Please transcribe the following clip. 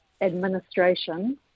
administration